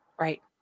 Right